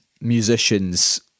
musicians